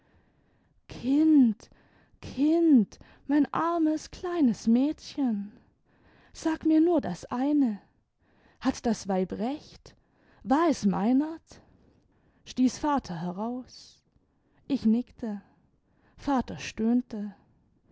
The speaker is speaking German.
kind kindl mein armes kleines mädchen i sag mir nur das eine hat das weib recht war es meinert stieß vater heraus ich nickte vater